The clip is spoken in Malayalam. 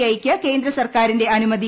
ഐ യ്ക്ക് കേന്ദ്ര സർക്കാരിന്റെ അനുമതി